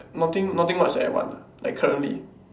nothing nothing much that I want like currently